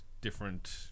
different